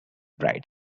bright